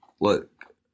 Look